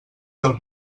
del